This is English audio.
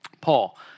Paul